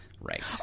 right